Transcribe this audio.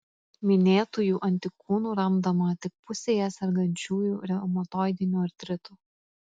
minėtųjų antikūnų randama tik pusėje sergančiųjų reumatoidiniu artritu